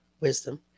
wisdom